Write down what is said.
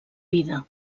vida